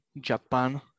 Japan